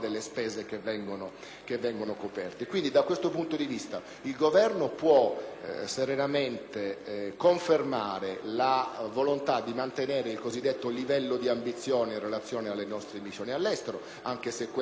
da questo punto di vista il Governo può serenamente confermare la volontà di mantenere il cosiddetto livello di ambizione in relazione alle nostre missioni all'estero, anche se ciò localmente può